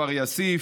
כפר יאסיף,